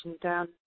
down